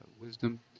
Wisdom